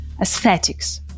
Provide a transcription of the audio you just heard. Aesthetics